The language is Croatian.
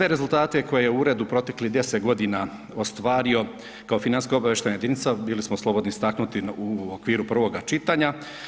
Sve rezultate koje je uredu proteklih 10 godina ostvario kao financijska obavještajna jedinica bili smo slobodni istaknuti u okviru prvoga čitanja.